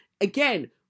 again